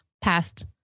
past